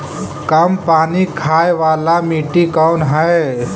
कम पानी खाय वाला मिट्टी कौन हइ?